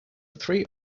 three